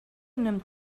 nimmt